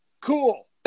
Cool